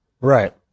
Right